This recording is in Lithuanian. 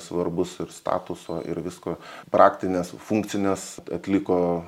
svarbus ir statuso ir visko praktines funkcines atliko